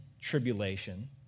tribulation